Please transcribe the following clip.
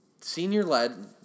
senior-led